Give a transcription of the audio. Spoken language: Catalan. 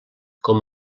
com